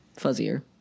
fuzzier